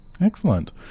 Excellent